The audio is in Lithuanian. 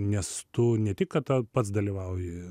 nes tu ne tik kad pats dalyvauji